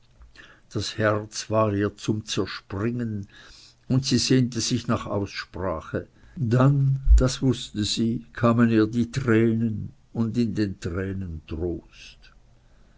das herz war ihr zum zerspringen und sie sehnte sich nach aussprache dann das wußte sie kamen ihr die tränen und in den tränen trost